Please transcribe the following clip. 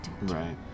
right